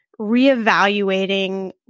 reevaluating